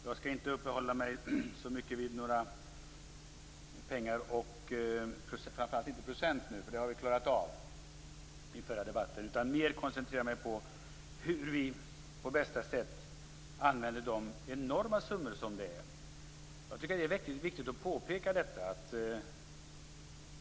Jag skall inte uppehålla mig så mycket vid pengar och framför allt inte vid procenttal - det klarade vi av i förra debatten - utan mer koncentrera mig på hur vi på bästa sätt använder de enorma summor som det rör sig om. Jag tycker att det är viktigt att påpeka detta.